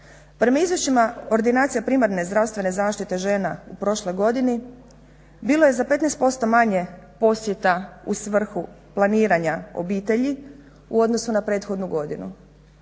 Prema izvješćima ordinacija primarne zdravstvene zaštite žena u prošloj godini bilo je za 15% manje posjeta u svrhu planiranja obitelji u odnosu na prethodnu godinu.